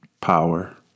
Power